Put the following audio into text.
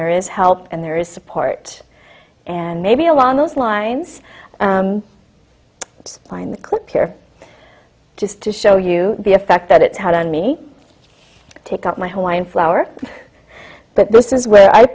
there is help and there is support and maybe along those lines let's find the clip here just to show you the effect that it's had on me take out my hawaiian flower but this is where i